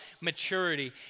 maturity